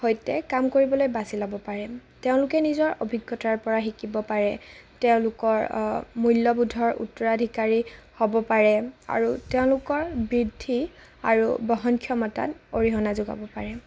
সৈতে কাম কৰিবলৈ বাছি ল'ব পাৰে তেওঁলোকে নিজৰ অভিজ্ঞতাৰ পৰা শিকিব পাৰে তেওঁলোকৰ মূল্যবোধৰ উত্তৰাধিকাৰী হ'ব পাৰে আৰু তেওঁলোকৰ বৃদ্ধি আৰু বহণক্ষমতাত অৰিহণা যোগাব পাৰে